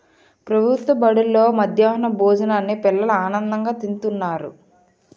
ప్రభుత్వ బడుల్లో మధ్యాహ్నం భోజనాన్ని పిల్లలు ఆనందంగా తింతన్నారు